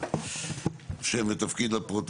אנחנו מתחילים ב-?